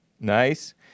Nice